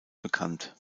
bekannt